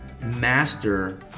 master